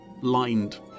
lined